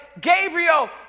Gabriel